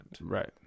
right